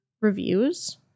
reviews